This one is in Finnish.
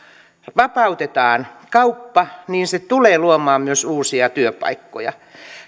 vapautetaan kauppa niin se tulee luomaan myös uusia työpaikkoja